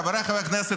חבריי חברי הכנסת,